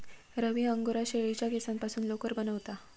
रवी angora शेळीच्या केसांपासून लोकर बनवता